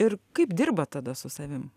ir kaip dirba tada su savim